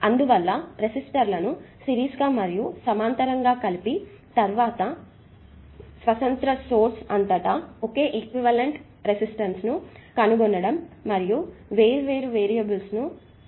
అందువల్ల రెసిస్టర్ల ను సిరీస్ గా మరియు సమాంతరంగా కలిపి తర్వాత స్వతంత్ర సోర్స్ అంతటా ఒకే ఈక్వివలెంట్ రెసిస్టెన్స్ ను కనుగొనడం మరియు వేర్వేరు వేరియబుల్స్ ను పరిష్కరించుతాం